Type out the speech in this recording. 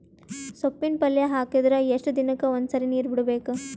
ಸೊಪ್ಪಿನ ಪಲ್ಯ ಹಾಕಿದರ ಎಷ್ಟು ದಿನಕ್ಕ ಒಂದ್ಸರಿ ನೀರು ಬಿಡಬೇಕು?